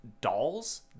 dolls